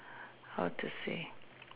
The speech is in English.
how to say